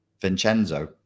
Vincenzo